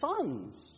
sons